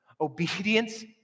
obedience